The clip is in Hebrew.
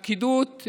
הפקידות,